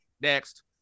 Next